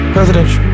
President